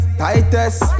tightest